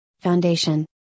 foundation